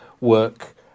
work